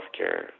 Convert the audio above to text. healthcare